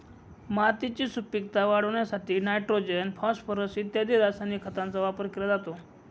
मातीची सुपीकता वाढवण्यासाठी नायट्रोजन, फॉस्फोरस इत्यादी रासायनिक खतांचा वापर केला जातो